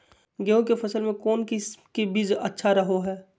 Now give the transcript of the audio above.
गेहूँ के फसल में कौन किसम के बीज अच्छा रहो हय?